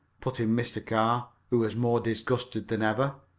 put in mr. carr, who was more disgusted than ever.